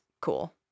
cool